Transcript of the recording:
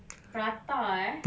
prata eh